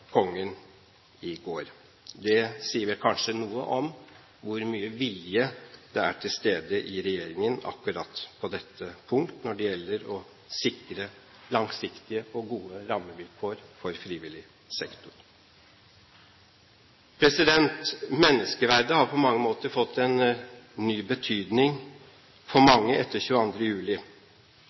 i går. Det sier vel kanskje noe om hvor mye vilje det er til stede i regjeringen akkurat på dette punkt når det gjelder å sikre langsiktige og gode rammevilkår for frivillig sektor. Menneskeverdet har på mange måter fått en ny betydning for mange etter 22. juli.